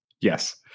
Yes